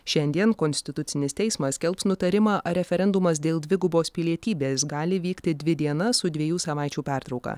šiandien konstitucinis teismas skelbs nutarimą ar referendumas dėl dvigubos pilietybės gali vykti dvi dienas su dviejų savaičių pertrauka